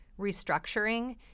restructuring